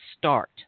start